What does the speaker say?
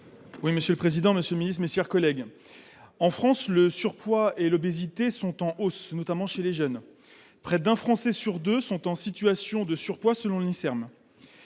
En France, le surpoids et l’obésité sont en hausse, notamment chez les jeunes. Près d’un Français sur deux est en situation de surpoids, selon l’Institut